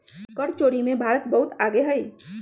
कर चोरी में भारत बहुत आगे हई